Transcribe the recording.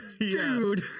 Dude